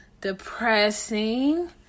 depressing